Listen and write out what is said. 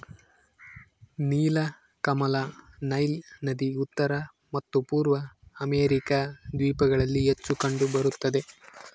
ನೀಲಕಮಲ ನೈಲ್ ನದಿ ಉತ್ತರ ಮತ್ತು ಪೂರ್ವ ಅಮೆರಿಕಾ ದ್ವೀಪಗಳಲ್ಲಿ ಹೆಚ್ಚು ಕಂಡು ಬರುತ್ತದೆ